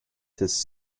his